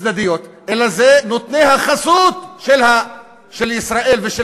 צדדיות אלא הן נותני החסות של ישראל ושל